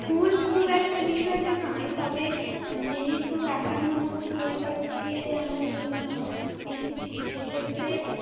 ভুল খুব একটা বিষয়টা নয় তবে যেহেতু একান্নবর্তী পরিবার থেকে আমি এসেছি সে ক্ষেত্রে